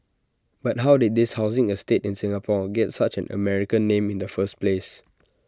but how did this housing estate in Singapore get such an American name in the first place